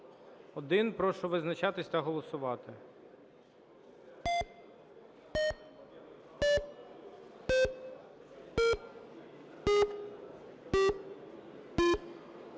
Прошу визначатись та голосувати.